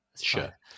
Sure